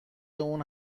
اون